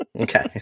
Okay